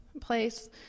place